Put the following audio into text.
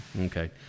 Okay